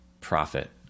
profit